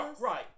right